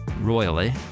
royally